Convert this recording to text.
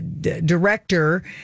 director